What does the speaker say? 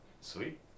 Sweet